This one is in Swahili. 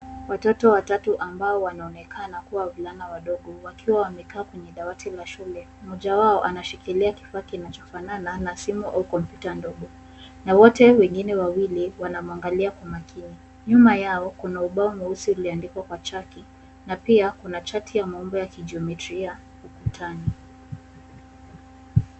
Watoto watatu ambao wanaonekana kuwa wavulana wadogo wakiwa wamekaa kwenye dawati la shule, moja wao anashikilia kifaa kinachofanana na simu au kompyuta ndogo na wote wengine wawili wanamwangalia kwa makini. Nyuma yao kuna ubao mweusi uliandikwa kwa chaki na pia kuna chati ya maombi ya kijomeria ukutani.